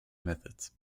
methods